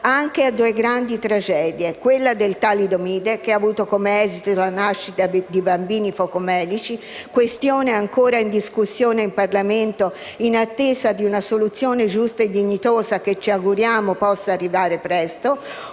a due grandi tragedie: quella del talidomide, che ha avuto come esito la nascita di bambini focomelici, questione ancora in discussione in Parlamento, in attesa di una soluzione giusta e dignitosa che ci auguriamo possa arrivare presto,